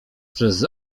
przez